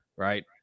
Right